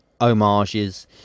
homages